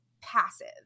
passive